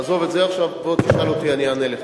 נעזוב את זה עכשיו, בוא תשאל אותי, אני אענה לך.